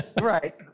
Right